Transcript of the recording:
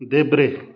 देब्रे